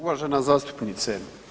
Uvažena zastupnice.